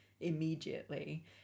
immediately